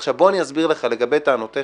עכשיו, בוא אני אסביר לך לגבי טענותיך